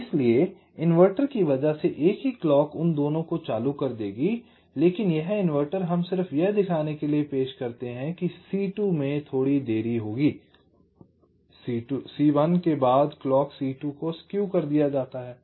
इसलिए इन्वर्टर की वजह से एक ही क्लॉक उन दोनों को चालू कर देगी लेकिन यह इन्वर्टर हम सिर्फ यह दिखाने के लिए पेश करते हैं कि C2 में थोड़ी देरी होगी C1 के बाद क्लॉक C2 को स्केव कर दिया जाता है